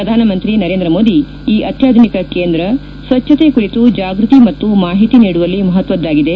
ಪ್ರಧಾನಮಂತ್ರಿ ನರೇಂದ್ರಮೋದಿ ಈ ಅತ್ಯಾಧುನಿಕ ಕೇಂದ್ರ ಸ್ವಚ್ಛತೆ ಕುರಿತು ಜಾಗೃತಿ ಮತ್ತು ಮಾಹಿತಿ ನೀಡುವಲ್ಲಿ ಮಹತ್ವದಾಗಿದೆ